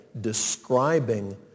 describing